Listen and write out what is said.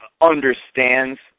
understands